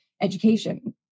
education